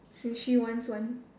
since she wants one